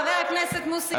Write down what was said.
חבר הכנסת מוסי רז.